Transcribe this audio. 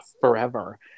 forever